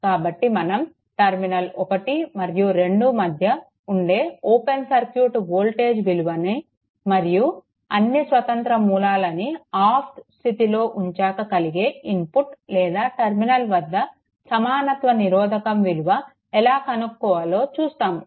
కాబట్టి మనం టర్మినల్ 1 మరియు 2 మధ్య ఉండే ఓపెన్ సర్క్యూట్ వోల్టేజ్ విలువని మరియు అన్నీ స్వతంత్ర మూలాలని ఆఫ్ స్థితిలో ఉంచాక కలిగే ఇన్పుట్ లేదా టర్మినల్ వద్ద సమానత్వ నిరోధకం విలువ ఎలా కనుక్కోవాలో చూస్తాము